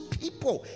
people